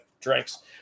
drinks